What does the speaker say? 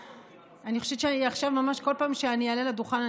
אני חושבת שבכל פעם שאני אעלה עכשיו על הדוכן,